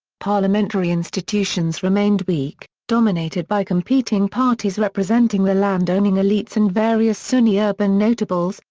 parliamentary institutions remained weak, dominated by competing parties representing the landowning elites and various sunni urban notables,